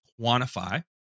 quantify